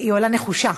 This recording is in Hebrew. עולה נחושה.